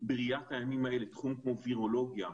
בראיית הימים האלה תחום כמו וירולוגיה,